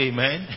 Amen